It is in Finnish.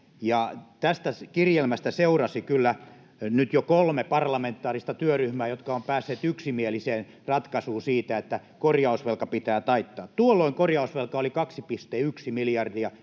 Tästä kirjelmästä on seurannut kyllä nyt jo kolme parlamentaarista työryhmää, jotka ovat päässeet yksimieliseen ratkaisuun siitä, että korjausvelka pitää taittaa. Tuolloin korjausvelka oli 2,1 miljardia.